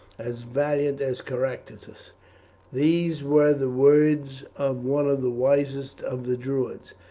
as valiant as caractacus. these were the words of one of the wisest of the druids.